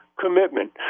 commitment